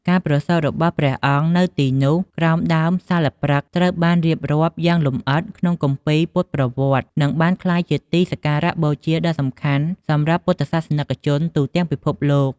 ការប្រសូតរបស់ព្រះអង្គនៅទីនោះ ក្រោមដើមសាលព្រឹក្ស ត្រូវបានរៀបរាប់យ៉ាងលម្អិតក្នុងគម្ពីរពុទ្ធប្រវត្តិ និងបានក្លាយជាទីសក្ការបូជាដ៏សំខាន់សម្រាប់ពុទ្ធសាសនិកជនទូទាំងពិភពលោក។